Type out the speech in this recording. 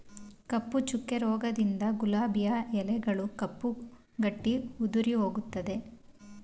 ಕಪ್ಪು ಚುಕ್ಕೆ ರೋಗದಿಂದ ಗುಲಾಬಿಯ ಎಲೆಗಳು ಕಪ್ಪು ಗಟ್ಟಿ ಉದುರಿಹೋಗುತ್ತದೆ